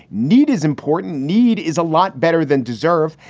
need is important. need is a lot better than deserve.